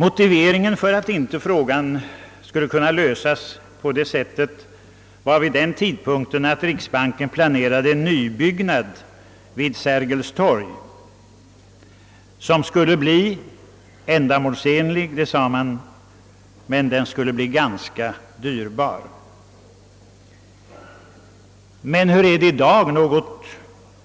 Motiveringen för att frågan inte skulle kunna lösas på det sättet var, att riksbanken planerade en nybyggnad vid Sergels torg som enligt vad man sade skulle bli ändamålsenlig, även om den skulle vara ganska dyrbar. Men hur är det i dag, något